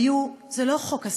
היו: זה לא חוק הסדרה,